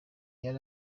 yari